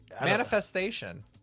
Manifestation